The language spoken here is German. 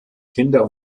kinder